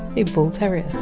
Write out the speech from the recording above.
a bull terrier.